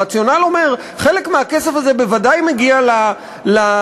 הרציונל שאומר: חלק מהכסף הזה בוודאי מגיע לעובד,